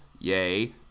yay